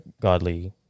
godly